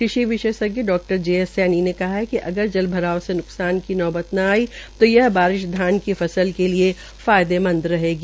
कृषि विशेषज्ञ डा जे एस सैनी ने कहा है कि अगर जलभराव से न्कसान की नौबत न आई ता यह बारिश धान के फसल के लिये फायदेमंद रहेगी